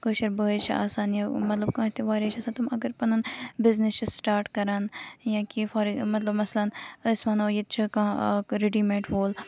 کٲشر بٲیِس چھِ آسان یا مطلب کانٛہہ تہِ واریاہ چھِ آسان تِم اگر پَنُن بِزنٮ۪س چھُ سِٹاٹ کَران یا کیٚنٛہہ فار مطلب مثلن أسۍ وَنو ییٚتہ چھِ کانٛہہ ریڑی میڑ وول